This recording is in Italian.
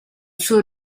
suo